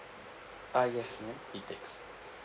uh yes ma'am he takes